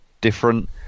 different